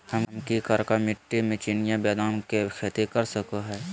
हम की करका मिट्टी में चिनिया बेदाम के खेती कर सको है?